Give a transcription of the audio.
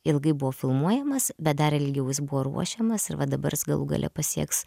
ilgai buvo filmuojamas bet dar ilgiau jis buvo ruošiamas ir va dabar jis galų gale pasieks